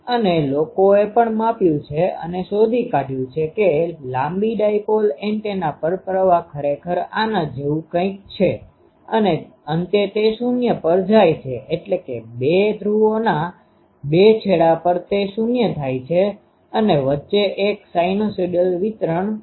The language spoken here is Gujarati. અને લોકોએ પણ માપ્યું છે અને શોધી કાઢયું છે કે લાંબી ડાયપોલ એન્ટેના પર પ્રવાહ ખરેખર આના જેવું કંઈક છે અને અંતે તે શૂન્ય પર જાય છે એટલે કે બે ધ્રુવોના બે છેડા પર તે શૂન્ય થાય છે અને વચ્ચે એક સાયનોસાઇડલ વિતરણ છે